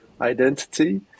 identity